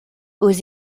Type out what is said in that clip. aux